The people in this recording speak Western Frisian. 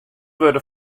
wurde